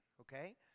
okay